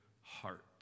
heart